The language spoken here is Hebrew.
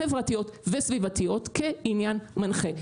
חברתיות וסביבתיות כעניין מנחה.